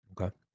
Okay